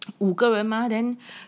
五个人 mah then